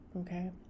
Okay